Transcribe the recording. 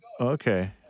Okay